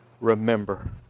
remember